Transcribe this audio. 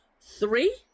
Three